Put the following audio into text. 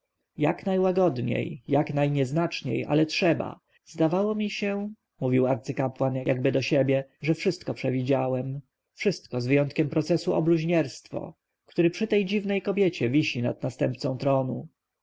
matka jak najłagodniej jak najnieznaczniej ale trzeba zdawało mi się mówił arcykapłan jakby do siebie że wszystko przewidziałem wszystko z wyjątkiem procesu o bluźnierstwo który przy tej dziwnej kobiecie wisi nad następcą